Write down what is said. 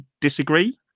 disagree